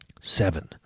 Seven